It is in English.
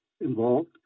involved